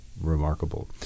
remarkable